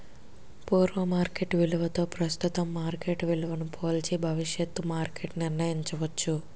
పూర్వ మార్కెట్ విలువతో ప్రస్తుతం మార్కెట్ విలువను పోల్చి భవిష్యత్తు మార్కెట్ నిర్ణయించవచ్చు